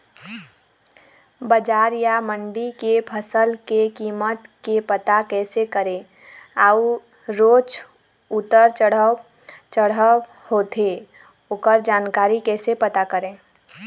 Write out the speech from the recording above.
बजार या मंडी के फसल के कीमत के पता कैसे करें अऊ रोज उतर चढ़व चढ़व होथे ओकर जानकारी कैसे पता करें?